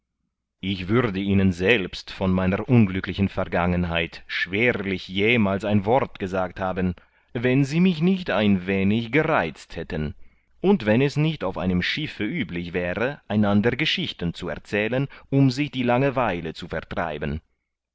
ich würde ihnen selbst von meiner unglücklichen vergangenheit schwerlich jemals ein wort gesagt haben wenn sie mich nicht ein wenig gereizt hätten und wenn es nicht auf einem schiffe üblich wäre einander geschichten zu erzählen um sich die langeweile zu vertreiben